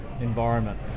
environment